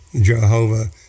Jehovah